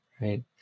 Right